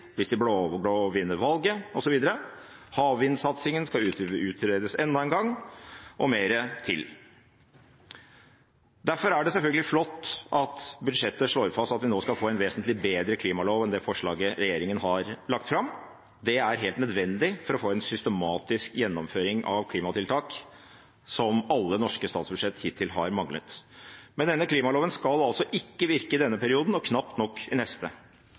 hvis de blå-blå vinner valget, osv. Havvindsatsingen skal utredes enda en gang, og mer til. Derfor er det selvfølgelig flott at budsjettet slår fast at vi nå skal få en vesentlig bedre klimalov enn det forslaget regjeringen har lagt fram. Det er helt nødvendig for å få en systematisk gjennomføring av klimatiltak, som alle norske statsbudsjett hittil har manglet. Men denne klimaloven skal altså ikke virke i denne perioden, og knapt nok i neste.